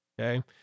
okay